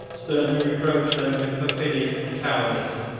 sternly reproached them with perfidy and cowardice,